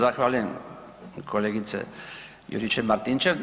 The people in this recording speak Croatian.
Zahvaljujem kolegice Juričev-Martinčev.